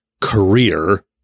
career